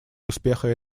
успеха